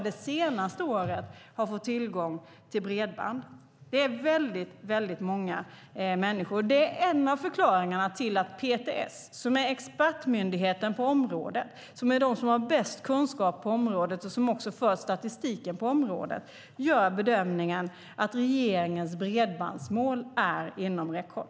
Detta är en av förklaringarna till att PTS, som är expertmyndigheten på området och är de som har bäst kunskap och också för statistiken, gör bedömningen att regeringens bredbandsmål är inom räckhåll.